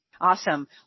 Awesome